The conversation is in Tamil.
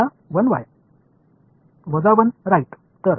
மைனஸ் மைனஸ் என்ன ஆகின்றது